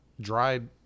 dried